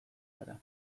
gara